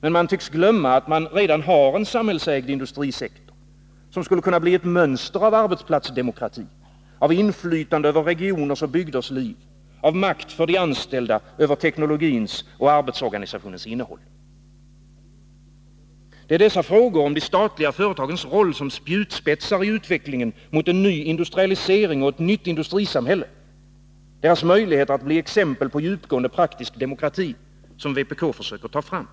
Men man tycks glömma att man redan har en samhällsägd industrisektor, som skulle kunna bli ett mönster av arbetsplatsdemokrati, av inflytande över regioners och bygders liv, av makt för de anställda över teknologins och arbetsorganisationens innehåll. Det är dessa frågor om de statliga företagens roll som spjutspetsar i utvecklingen mot en ny industrialisering och ett nytt industrisamhälle, deras möjligheter att bli exempel på djupgående praktisk demokrati, som vpk försöker ta fram.